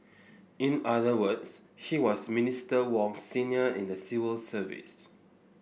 in other words he was Minister Wong's senior in the civil service